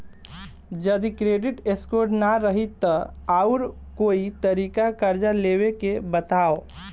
जदि credit score ना रही त आऊर कोई तरीका कर्जा लेवे के बताव?